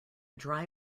dry